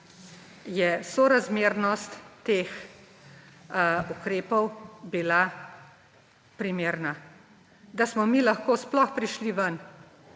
je sorazmernost teh ukrepov bila primerna, da smo mi lahko sploh prišli ven;